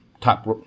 top